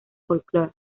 folklore